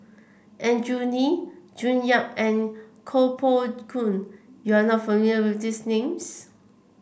Andrew Lee June Yap and Koh Poh Koon you are not familiar with these names